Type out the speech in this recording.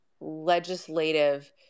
legislative